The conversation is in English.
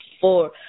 Four